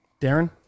Darren